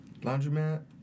Laundromat